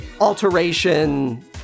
alteration